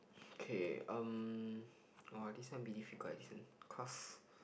K um !wah! this one a bit difficult this one cause